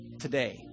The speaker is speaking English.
today